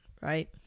right